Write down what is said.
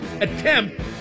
attempt